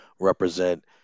represent